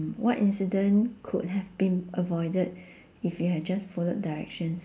what incident could have been avoided if you had just followed directions